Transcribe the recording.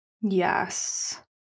Yes